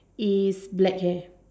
is black hair